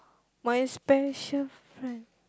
my special friend